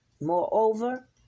Moreover